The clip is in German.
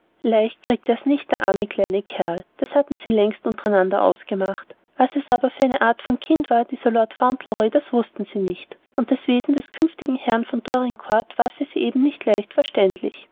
leicht kriegt er's nicht der arme kleine kerl das hatten sie längst untereinander ausgemacht was es aber für eine art von kind war dieser lord fauntleroy das wußten sie nicht und das wesen des künftigen herrn von dorincourt war für sie eben nicht leicht verständlich